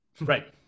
Right